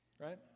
right